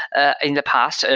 ah in the past, so